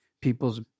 people's